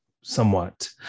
somewhat